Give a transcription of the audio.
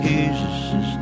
Jesus